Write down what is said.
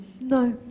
No